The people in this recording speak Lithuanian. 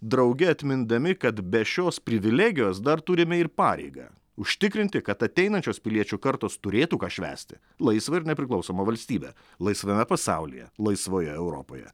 drauge atmindami kad be šios privilegijos dar turime ir pareigą užtikrinti kad ateinančios piliečių kartos turėtų ką švęsti laisvą ir nepriklausomą valstybę laisvame pasaulyje laisvoje europoje